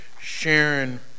Sharon